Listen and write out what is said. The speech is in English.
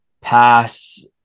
pass